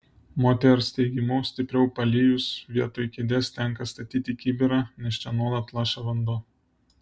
moters teigimu stipriau palijus vietoj kėdės tenka statyti kibirą nes čia nuolat laša vanduo